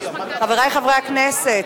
חברי חברי הכנסת,